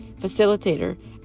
facilitator